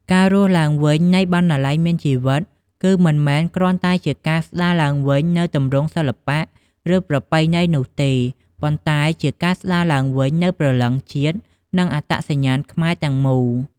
ការរស់ឡើងវិញនៃ "បណ្ណាល័យមានជីវិត" គឺមិនមែនគ្រាន់តែជាការស្តារឡើងវិញនូវទម្រង់សិល្បៈ ឬប្រពៃណីនោះទេ ប៉ុន្តែជាការស្តារឡើងវិញនូវព្រលឹងជាតិ និងអត្តសញ្ញាណខ្មែរទាំងមូល។